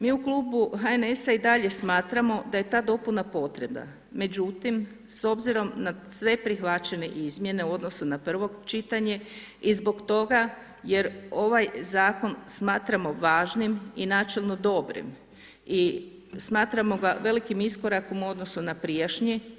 Mi u klubu HNS-a i dalje smatramo da je ta dopuna potrebna, međutim s obzirom na sve prihvaćene izmjene u odnosu na prvo čitanje i zbog toga jer ovaj zakon smatramo važnim i načelno dobrim i smatramo ga velikim iskorakom u odnosu na prijašnji.